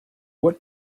what